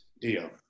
deal